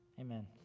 Amen